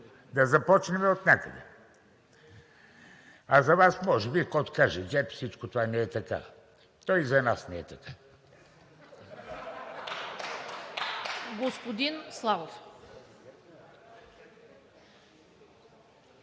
Да започнем отнякъде. А за Вас може би, каквото каже ГЕРБ – всичко това не е така. То и за нас не е така.